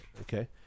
Okay